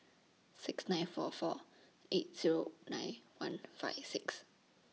six nine four four eight Zero nine one five six